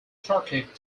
turkic